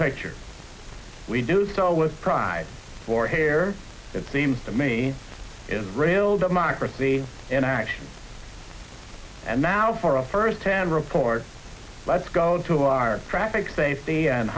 picture we do so with pride for hair it seems to me israel democracy in action and now for a firsthand report let's go to our traffic safety and